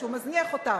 שהוא מזניח אותם.